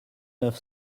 neuf